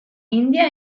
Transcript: india